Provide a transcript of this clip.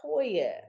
Toya